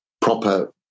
proper